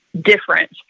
different